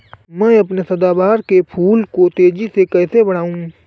मैं अपने सदाबहार के फूल को तेजी से कैसे बढाऊं?